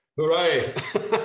Hooray